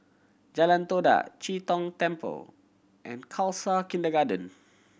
Jalan Todak Chee Tong Temple and Khalsa Kindergarten